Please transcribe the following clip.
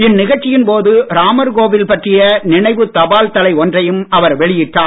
இந்நிகழ்ச்சியின் போது ராமர் கோவில் பற்றிய நினைவு தபால் தலை ஒன்றையும் அவர் வெளியிட்டார்